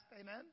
amen